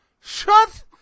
Shut